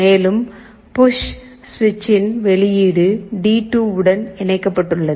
மேலும் புஷ் சுவிட்சின் வெளியீடு டி2 உடன் இணைக்கப்பட்டுள்ளது